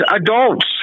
adults